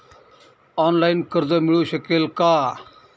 Online कर्ज मिळू शकेल का?